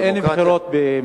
אין בחירות במסעדה.